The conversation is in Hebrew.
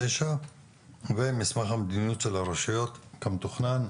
9 ומסמך המדיניות של הרשויות כמתוכנן,